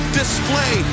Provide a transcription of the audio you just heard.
display